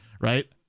right